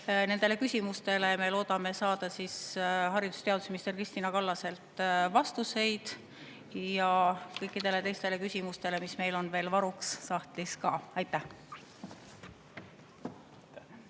Nendele küsimustele me loodame saada haridus‑ ja teadusminister Kristina Kallaselt vastuseid ja ka kõikidele teistele küsimustele, mis meil veel sahtlis varuks on. Aitäh!